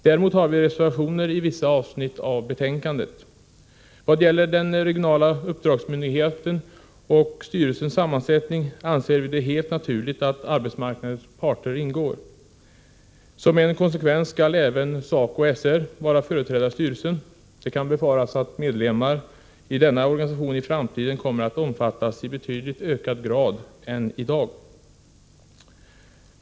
Däremot har vi avgett reservationer på vissa avsnitt i betänkandet. Vad gäller den regionala uppdragsmyndigheten och styrelsens sammansättning anser vi det helt naturligt att arbetsmarknadens parter ingår i styrelsen. Som en konsekvens skall även SACO/SR vara företrätt i styrelsen. Det kan befaras att medlemmar i denna organisation i framtiden kommer att omfattas av arbetsmarknadsutbildning i betydligt högre grad än i dag.